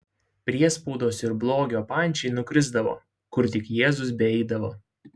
priespaudos ir blogio pančiai nukrisdavo kur tik jėzus beeidavo